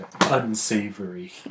unsavory